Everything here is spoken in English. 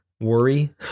worry